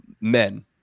men